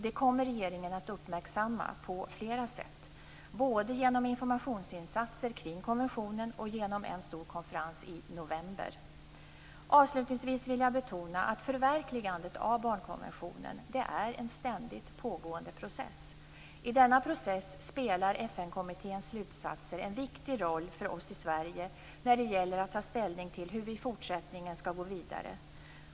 Detta kommer regeringen att uppmärksamma på flera sätt, både genom informationsinsatser kring konventionen och genom en stor konferens i november. Avslutningsvis vill jag betona att förverkligandet av barnkonventionen är en ständigt pågående process. I denna process spelar FN-kommitténs slutsatser en viktig roll för oss i Sverige när det gäller att ta ställning till hur vi i fortsättningen skall gå vidare.